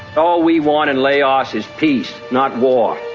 all we want in laos is peace, not war.